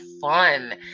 fun